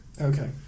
Okay